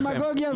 דמגוגיה זולה.